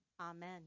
Amen